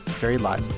very live.